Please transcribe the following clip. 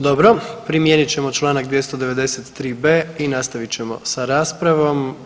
Dobro, primijenit ćemo čl. 293.b i nastavit ćemo sa raspravom.